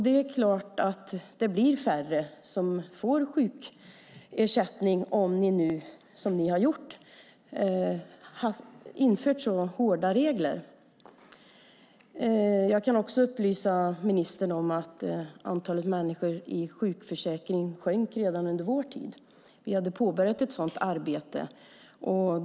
Det är klart att färre får sjukersättning om man inför så hårda regler som ni har gjort. Jag kan upplysa ministern om att antalet människor med sjukförsäkring sjönk redan under vår tid. Vi hade påbörjat ett sådant arbete.